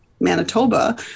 Manitoba